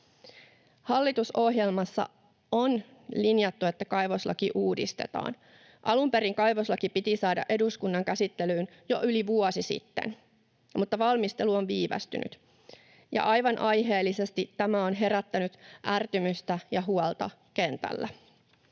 Hallitusohjelmassa on linjattu, että kaivoslaki uudistetaan. Alun perin kaivoslaki piti saada eduskunnan käsittelyyn jo yli vuosi sitten, mutta valmistelu on viivästynyt, ja aivan aiheellisesti tämä on herättänyt ärtymystä ja huolta kentällä.